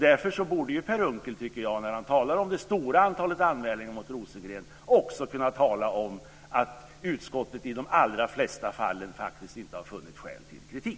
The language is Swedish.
Därför tycker jag att Per Unckel när han talar om det stora antalet anmälningar mot Rosengren också borde kunna tala om att utskottet i de allra flesta fall faktiskt inte har funnit skäl till kritik.